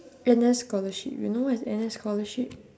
N_S scholarship you know what is N_S scholarship